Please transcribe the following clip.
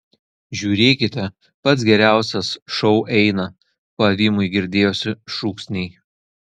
žiūrėkite pats geriausias šou eina pavymui girdėjosi šūksniai